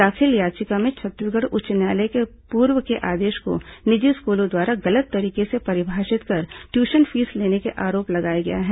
दाखिल याचिका में छत्तीसगढ़ उच्च न्यायालय के पूर्व के आदेश को निजी स्कूलों द्वारा गलत तरीके से परिभाषित कर ट्यूशन फीस लेने का आरोप लगाया गया है